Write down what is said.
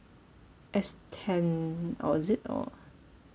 S ten or is it or